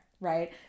Right